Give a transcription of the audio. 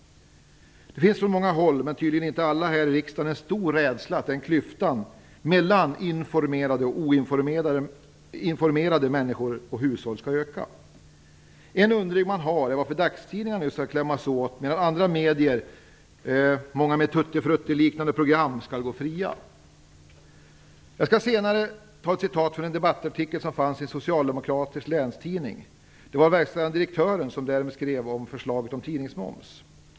Det finns från många håll - dock inte från alla här i riksdagen - en stor rädsla över att klyftan mellan informerade och oinformerade människor och hushåll skall öka. En undran man har är varför dagstidningarna nu skall klämmas åt när andra medier, många med Tutti-Frutti-liknande program, skall gå fria. Jag skall senare återge en debattartikel i en socialdemokratisk länstidning. Det var verkställande direktören som där beskrev förslaget om tidningsmoms.